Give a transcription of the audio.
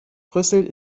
brüssel